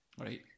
Right